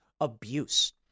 abuse